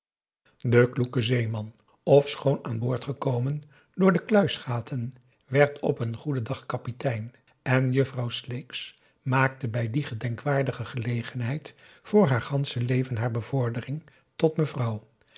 kloeke zeeman ofschoon aan boord gekomen door de p a daum de van der lindens c s onder ps maurits kluisgaten werd op een goeden dag kapitein en juffrouw sleeks maakte bij die gedenkwaardige gelegenheid voor haar gansche leven haar bevordering tot mevrouw